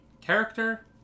Character